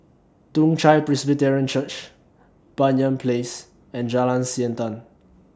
Toong Chai Presbyterian Church Banyan Place and Jalan Siantan